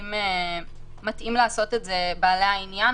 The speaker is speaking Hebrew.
שמתאים לעשות את זה "בעלי העניין",